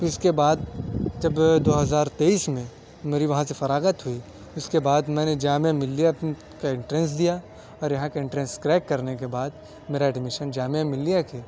پھی اس کے بعد جب دو ہزار تیئیس میں میری وہاں سے فراغت ہوئی اس کے بعد میں نے جامعہ ملّیہ کا انٹرنس دیا اور یہاں کا انٹرنس کریک کرنے کے بعد میرا ایڈمیشن جامعہ ملّیہ کے